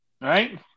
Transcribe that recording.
right